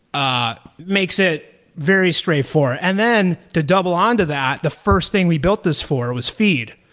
ah makes it very straightforward, and then to double on to that, the first thing we built this for was feed.